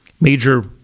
major